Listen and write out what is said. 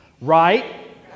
Right